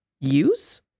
use